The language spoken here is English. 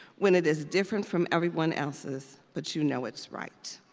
when it is different from everyone else's, but you know it's right.